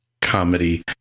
comedy